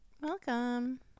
Welcome